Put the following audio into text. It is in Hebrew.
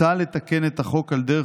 אחת.